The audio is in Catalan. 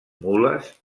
mules